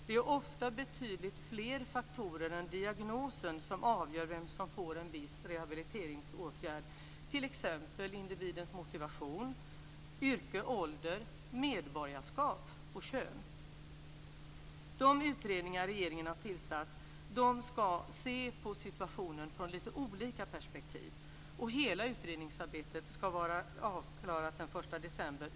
Det är ofta betydligt fler faktorer än diagnosen som avgör vem som får en viss rehabiliteringsåtgärd, t.ex. individens motivation, yrke, ålder, medborgarskap och kön. De utredningar regeringen har tillsatt ska se på situationen från lite olika perspektiv och hela utredningsarbetet ska vara avklarat den 1 december.